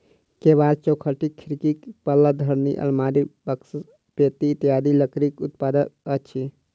केबाड़, चौखटि, खिड़कीक पल्ला, धरनि, आलमारी, बकसा, पेटी इत्यादि लकड़ीक उत्पाद अछि